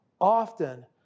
often